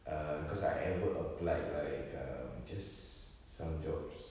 err cause I ever applied like um just some jobs